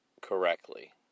correctly